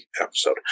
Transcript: episode